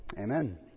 Amen